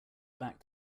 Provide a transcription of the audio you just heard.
back